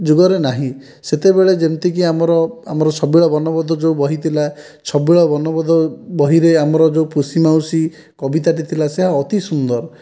ଯୁଗରେ ନାହିଁ ସେତେବେଳେ ଯେମିତିକି ଆମର ଆମର ଛବିଳ ବର୍ଣ୍ଣବୋଧ ଯେଉଁ ବହି ଥିଲା ଛବିଳ ବର୍ଣ୍ଣବୋଧ ବହିରେ ଆମର ଯେଉଁ ପୁଷି ମାଉସୀ କବିତାଟି ଥିଲା ସେଇଟା ଅତି ସୁନ୍ଦର